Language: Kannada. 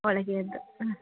ಒಳಗೆಯದ್ದು ಹಾಂ